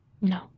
No